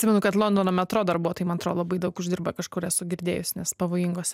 atsimenu kad londono metro darbuotojai mantro labai daug uždirba kažkur esu girdėjus nes pavojingos